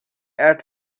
and